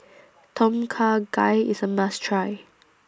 Tom Kha Gai IS A must Try